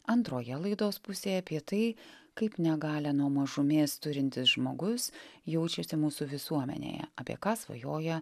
antroje laidos pusėje apie tai kaip negalią nuo mažumės turintis žmogus jaučiasi mūsų visuomenėje apie ką svajoja